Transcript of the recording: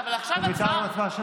אבל עכשיו הצבעה.